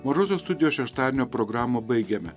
mažosios studijos šeštadienio programą baigėme